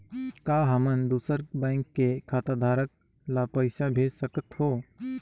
का हमन दूसर बैंक के खाताधरक ल पइसा भेज सकथ हों?